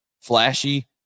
flashy